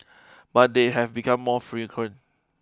but they have become more frequent